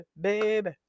baby